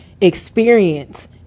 experience